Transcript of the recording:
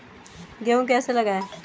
गेहूँ कैसे लगाएँ?